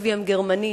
"רקוויאם גרמני",